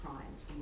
crimes